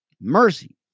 mercy